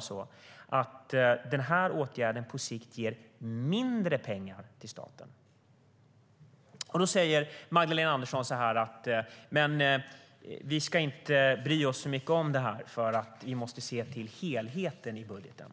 så att åtgärden på sikt ger mindre pengar till staten. Då säger Magdalena Andersson: Men vi ska inte bry oss så mycket om det, för vi måste se till helheten i budgeten.